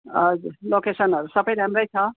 हजुर लोकेसनहरू सबै राम्रै छ